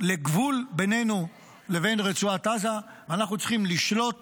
לגבול בינינו לבין רצועת עזה, אנחנו צריכים לשלוט